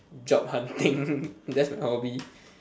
job hunting that's my hobby